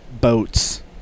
boats